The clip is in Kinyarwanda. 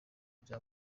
kujya